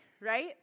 right